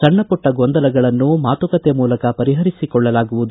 ಸಣ್ಣಪುಟ್ಟ ಗೊಂದಲಗಳನ್ನು ಮಾತುಕತೆ ಮೂಲಕ ಪರಿಹರಿಸಿಕೊಳ್ಳಲಾಗುವುದು